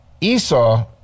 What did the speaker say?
Esau